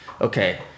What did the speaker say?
okay